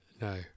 No